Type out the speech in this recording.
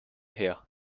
her